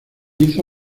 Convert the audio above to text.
hizo